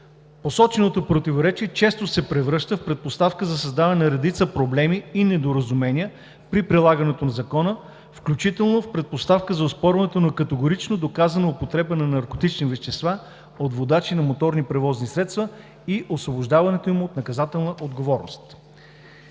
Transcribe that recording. Посоченото противоречие често се превръща в предпоставка за създаване на редица проблеми и недоразумения при прилагането на Закона, включително в предпоставка за оспорването на категорично доказана употреба на наркотични вещества от водачи на моторни превозни средства и освобождаването им от наказателна отговорност.